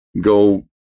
go